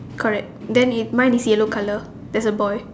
correct then is mine is yellow colour there's a boy